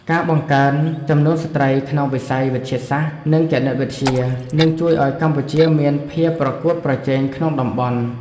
ការបង្កើនចំនួនស្ត្រីក្នុងវិស័យវិទ្យាសាស្ត្រនិងគណិតវិទ្យានឹងជួយឱ្យកម្ពុជាមានភាពប្រកួតប្រជែងក្នុងតំបន់។